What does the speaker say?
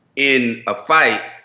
in a fight.